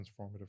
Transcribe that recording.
transformative